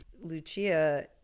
lucia